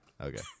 Okay